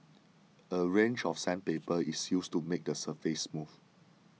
a range of sandpaper is used to make the surface smooth